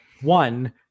One